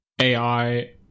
AI